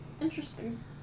Interesting